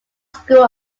school